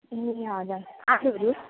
ए हजुर आलुहरू